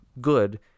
good